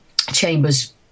Chambers